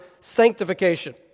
sanctification